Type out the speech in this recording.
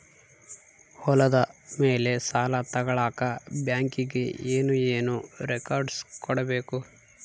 ಹೊಲದ ಮೇಲೆ ಸಾಲ ತಗಳಕ ಬ್ಯಾಂಕಿಗೆ ಏನು ಏನು ರೆಕಾರ್ಡ್ಸ್ ಕೊಡಬೇಕು?